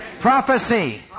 Prophecy